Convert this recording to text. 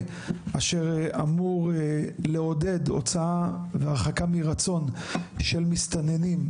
שאמור לעודד הוצאה והרחקה מרצון של מסתננים,